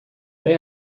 they